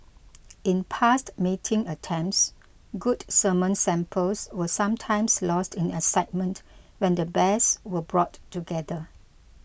in past mating attempts good semen samples were sometimes lost in excitement when the bears were brought together